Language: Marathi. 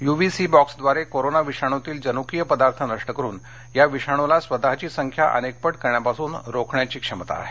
युवी सी बॉक्सद्वारे कोरोना विषाणूतील जनुकीय पदार्थ नष्ट करुन या विषाणूला स्वतःची संख्या अनेकपट करण्यापासून रोखण्याची क्षमता आहे